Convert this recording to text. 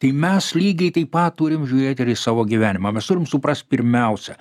tai mes lygiai taip pat turim žiūrėt ir į savo gyvenimą mes turim suprast pirmiausia